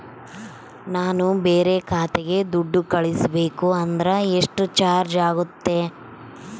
ನಾನು ಬೇರೆ ಖಾತೆಗೆ ದುಡ್ಡು ಕಳಿಸಬೇಕು ಅಂದ್ರ ಎಷ್ಟು ಚಾರ್ಜ್ ಆಗುತ್ತೆ?